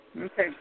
Okay